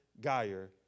Geyer